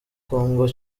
kongo